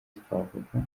twavuga